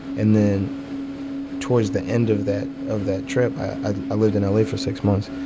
and then towards the end of that of that trip i lived in l a. for six months.